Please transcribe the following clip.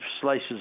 slices